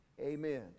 amen